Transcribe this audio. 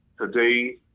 today